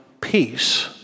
peace